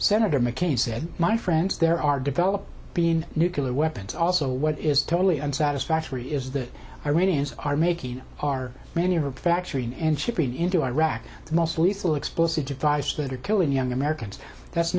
senator mccain said my friends there are develop been nuclear weapons also what is totally unsatisfactory is that iranians are making are manufacturing and shipping into iraq the most lethal explosive devices that are killing young americans that's